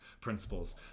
principles